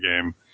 game